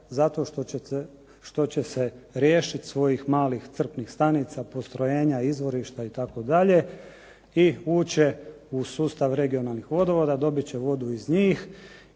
zato što će se riješiti svojih malih crpnih stanica, postrojenja, izvorišta itd., i ući će u sustav regionalnih vodovoda, dobit će vodu iz njih